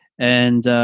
and,